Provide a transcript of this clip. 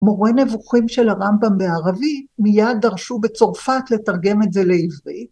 מורה נבוכים של הרמב״ם בערבית, מיד דרשו בצרפת לתרגם את זה לעברית.